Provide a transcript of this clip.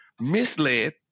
misled